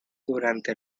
durante